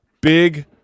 Big